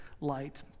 light